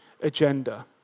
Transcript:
agenda